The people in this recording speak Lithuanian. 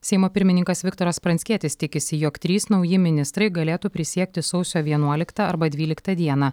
seimo pirmininkas viktoras pranckietis tikisi jog trys nauji ministrai galėtų prisiekti sausio vienuoliktą arba dvyliktą dieną